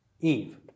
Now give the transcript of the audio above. Eve